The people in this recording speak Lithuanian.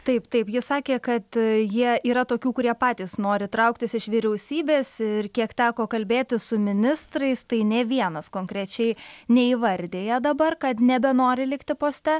taip taip jis sakė kad jie yra tokių kurie patys nori trauktis iš vyriausybės ir kiek teko kalbėtis su ministrais tai nė vienas konkrečiai neįvardija dabar kad nebenori likti poste